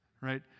right